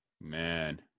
Man